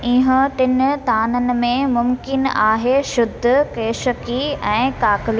इएं टिनि ताननि में मुम्क़िन आहे शुद्ध कैशिकी ऐं काकली